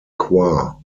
choir